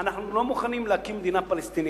אנחנו לא מוכנים להקים מדינה פלסטינית.